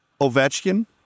Ovechkin